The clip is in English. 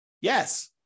Yes